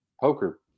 poker